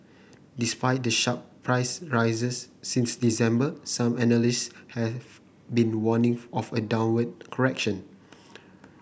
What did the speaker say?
despite the sharp price rises since December some analysts have been warning of a downward correction